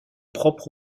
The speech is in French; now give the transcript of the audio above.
propre